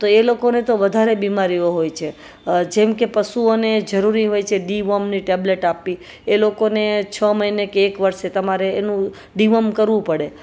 તો એ લોકોને તો વધારે બીમારીઓ હોય છે જેમ કે પશુઓને જરૂરી હોય છે ડીવોર્મની ટેબલેટ આપી એ લોકોને છ મહિને કે એક વર્ષે તમારે એનું ડીવોર્મ કરવું પડે